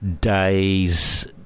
Days